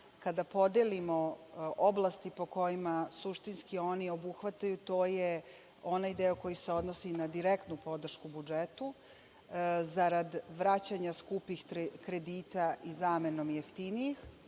kada podelimo oblasti po kojima suštinski oni obuhvataju, to je onaj deo koji se odnosi na direktnu podršku budžetu zarad vraćanja skupih kredita i zamenom jeftinijih,